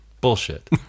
Bullshit